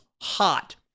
hot